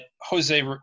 Jose